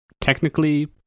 technically